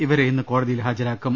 ഇവരെ ഇന്ന് കോടതിയിൽ ഹാജരാക്കും